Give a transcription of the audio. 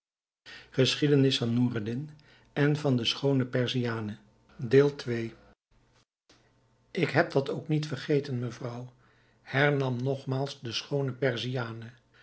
voor noureddin in acht moest nemen ik heb dat ook niet vergeten mevrouw hernam nogmaals de schoone